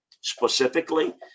specifically